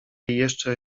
jeszcze